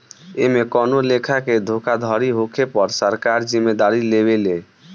एमे कवनो लेखा के धोखाधड़ी होखे पर सरकार जिम्मेदारी लेवे ले